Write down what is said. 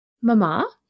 Mama